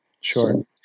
Sure